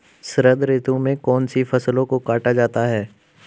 शरद ऋतु में कौन सी फसलों को काटा जाता है?